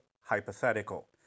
hypothetical